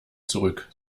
zurück